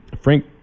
Frank